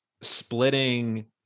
splitting